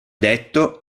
detto